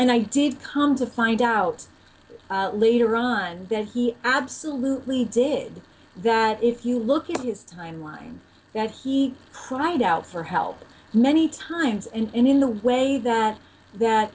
and i did come to find out later on that he absolutely did that if you look at his timeline that he cried out for help many times and in the way that